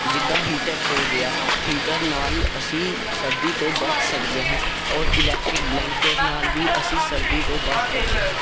ਜਿੱਦਾਂ ਹੀਟਰ ਹੋ ਗਿਆ ਹੀਟਰ ਨਾਲ ਅਸੀਂ ਸਰਦੀ ਤੋਂ ਬਚ ਸਕਦੇ ਹਾਂ ਔਰ ਇਲੈਕਟਰਿਕ ਬਲੈਂਕਿਟ ਨਾਲ ਵੀ ਅਸੀਂ ਸਰਦੀ ਤੋਂ ਬਚ ਸਕਦੇ ਹਾਂ